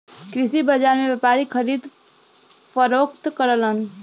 कृषि बाजार में व्यापारी खरीद फरोख्त करलन